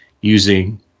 using